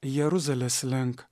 jeruzalės link